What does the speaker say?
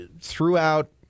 throughout